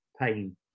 pain